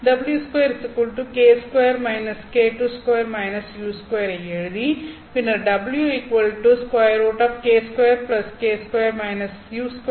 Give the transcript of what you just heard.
w2k 2-k22-u2 ஐ எழுதி பின்னர் w √k 2k2−u2